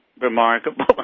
remarkable